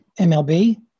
MLB